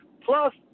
Plus